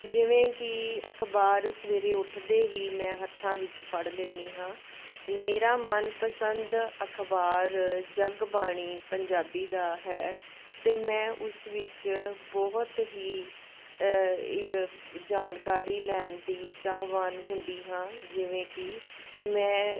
ਜਿਵੇਂ ਕਿ ਅਖ਼ਬਾਰ ਸਵੇਰੇ ਉੱਠਦੇ ਹੀ ਮੈਂ ਹੱਥਾਂ ਵਿੱਚ ਫੜ ਲੈਂਦੀ ਹਾਂ ਮੇਰਾ ਮਨਪਸੰਦ ਅਖ਼ਬਾਰ ਜਗ ਬਾਣੀ ਪੰਜਾਬੀ ਦਾ ਹੈ ਅਤੇ ਮੈਂ ਉਸ ਵਿੱਚ ਬਹੁਤ ਹੀ ਜਾਣਕਾਰੀ ਲੈਣ ਦੀ ਚਾਹਵਾਨ ਹੁੰਦੀ ਹਾਂ ਜਿਵੇਂ ਕਿ ਮੈਂ